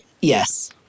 Yes